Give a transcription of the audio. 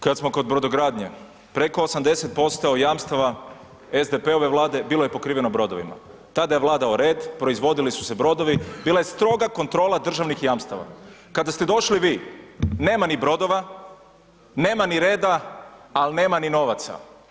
Kad smo kod brodogradnje preko 80% jamstava SDP-ove vlade bilo je pokriveno brodovima, tada je vladao red, proizvodili su se brodovi bila je stroga kontrola državnih jamstava, kada ste došli vi nema ni brodova, nema ni reda, al nema ni novaca.